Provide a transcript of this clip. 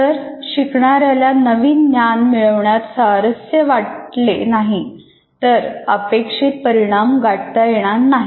जर शिकणाऱ्याला नवीन ज्ञान मिळवण्यात स्वारस्य वाटले नाही तर अपेक्षित परिणाम गाठता येणार नाही